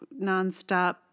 nonstop